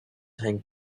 hang